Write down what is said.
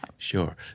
Sure